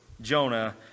Jonah